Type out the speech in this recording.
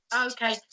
Okay